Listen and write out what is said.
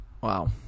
Wow